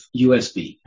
USB